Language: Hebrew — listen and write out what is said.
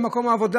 מקום העבודה,